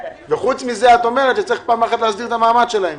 וחוץ מזה את אומרת שצריך פעם אחת להסדיר את המעמד שלהן.